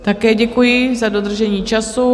Také děkuji za dodržení času.